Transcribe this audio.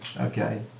Okay